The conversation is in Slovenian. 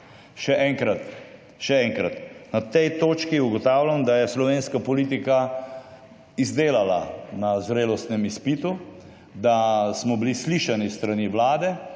sektor. Še enkrat. Na tej točki ugotavljam, da je slovenska politika izdelala na zrelostnem izpitu, da smo bili slišani s strani vlade,